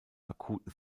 akuten